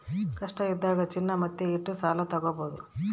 ಕಷ್ಟ ಇದ್ದಾಗ ಚಿನ್ನ ವತ್ತೆ ಇಟ್ಟು ಸಾಲ ತಾಗೊಬೋದು